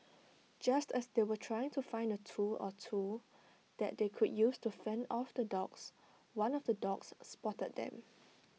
just as they were trying to find A tool or two that they could use to fend off the dogs one of the dogs spotted them